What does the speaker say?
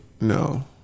No